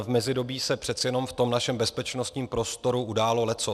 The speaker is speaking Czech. V mezidobí se přece jenom v našem bezpečnostním prostoru událo leccos.